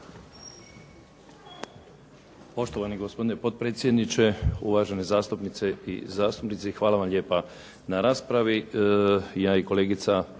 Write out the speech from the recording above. Poštovani gospodine potpredsjedniče, uvaženi zastupnice i zastupnici. Hvala vam lijepa na raspravi.